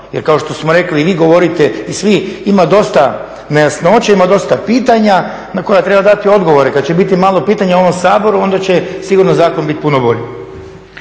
jer kao što smo reli i vi govorite i svi ima dosta nejasnoća, ima dosta pitanja na koja treba dati odgovore. Kada će biti malo pitanje u ovom Saboru onda će sigurno zakon biti puno bolji.